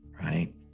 right